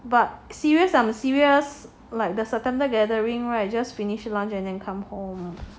but serious I'm a serious like the september gathering right just finished lunch and then come home